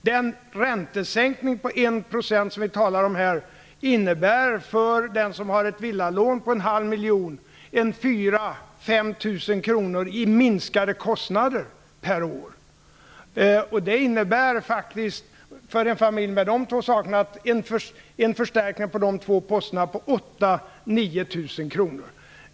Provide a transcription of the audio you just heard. Den räntesänkning på 1 % som vi talar om innebär för den som har ett villalån på en halv miljon 4 000-5 000 kr i minskade kostnader per år. Det innebär faktiskt för en familj som kan tillgodoräkna sig de två posterna en förstärkning på 8 000-9 000 kr.